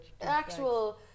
actual